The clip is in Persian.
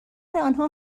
آنها